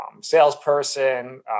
salesperson